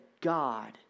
God